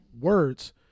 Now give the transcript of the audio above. words